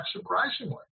surprisingly